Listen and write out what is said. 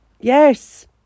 Yes